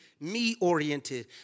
me-oriented